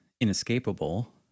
inescapable